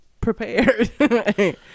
prepared